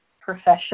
profession